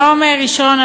התשע"ו 2015,